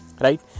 right